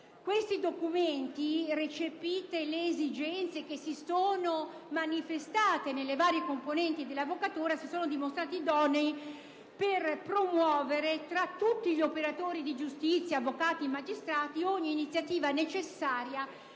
Questi documenti, recepite le esigenze che si sono manifestate nelle varie componenti dell'avvocatura, si sono dimostrati idonei per promuovere tra tutti gli operatori di giustizia (avvocati, magistrati) ogni iniziativa necessaria